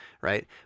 right